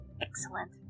Excellent